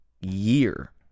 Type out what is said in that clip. year